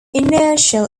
inertial